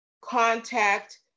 contact